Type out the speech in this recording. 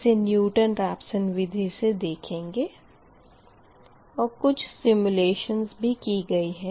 इसे Newton Raphson विधि से देखेंगे और कुछ सिमुलेशन भी की गई है